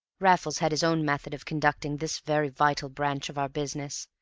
raffles had his own method of conducting this very vital branch of our business,